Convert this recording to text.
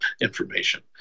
information